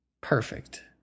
Perfect